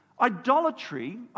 Idolatry